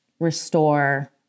restore